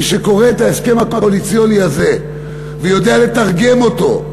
מי שקורא את ההסכם הקואליציוני הזה ויודע לתרגם אותו,